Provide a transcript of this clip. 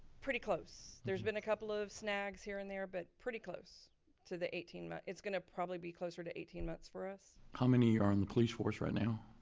pretty close! there's been a couple of snags here and there but pretty close to the eighteen month, it's gonna probably be closer to eighteen months for us. how many are on the police force right now?